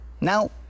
Now